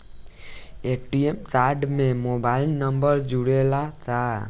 ATM card में mobile number जुरेला का?